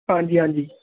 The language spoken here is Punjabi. ਹਾਂਜੀ ਹਾਂਜੀ